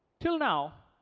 till now,